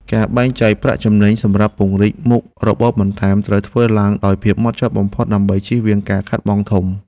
ការបែងចែកប្រាក់ចំណេញសម្រាប់ពង្រីកមុខរបរបន្ថែមត្រូវធ្វើឡើងដោយភាពហ្មត់ចត់បំផុតដើម្បីជៀសវាងការខាតបង់ធំ។